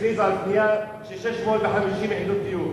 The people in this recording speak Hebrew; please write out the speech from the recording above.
הכריז ביום שישי על בנייה של 650 יחידות דיור.